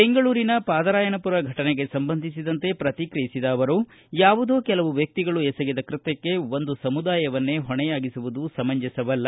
ಬೆಂಗಳೂರಿನ ಪಾದರಾಯನಮರ ಫಟನೆಗೆ ಸಂಬಂಧಿಸಿದಂತೆ ಪ್ರತಿಕ್ರಿಯಿಸಿದ ಅವರು ಯಾವುದೋ ಕೆಲವು ವ್ಯಕ್ತಿಗಳು ಎಸಗಿದ ಕೃತ್ತಕ್ಕೆ ಒಂದು ಸಮುದಾಯವನ್ನೇ ಹೊಣೆಯಾಗಿಸುವುದು ಸಮಂಜಸವಲ್ಲ